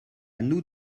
nous